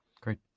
Great